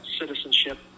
citizenship